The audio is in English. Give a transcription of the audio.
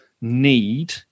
need